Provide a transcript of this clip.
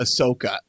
Ahsoka